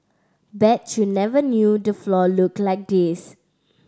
bet you never knew the floor looked like this